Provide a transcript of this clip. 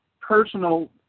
personal